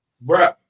bro